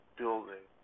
building